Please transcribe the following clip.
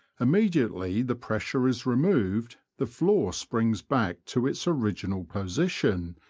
immediately the pressure is removed the floor springs back to its original position,